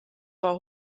war